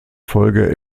folge